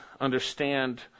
understand